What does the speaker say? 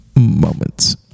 Moments